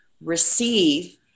receive